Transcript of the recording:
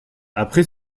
après